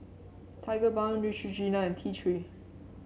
Tigerbalm Neutrogena and T Three